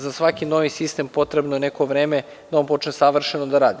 Za svaki novi sistem potrebno je neko vreme da on počne savršeno da radi.